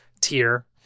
tier